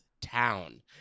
town